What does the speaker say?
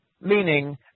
meaning